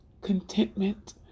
contentment